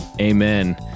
Amen